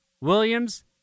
Williams